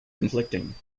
conflicting